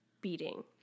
beating